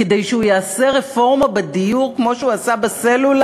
כדי שהוא יעשה רפורמה בדיור כמו שהוא עשה בסלולר,